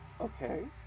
Okay